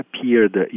appeared